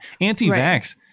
Anti-vax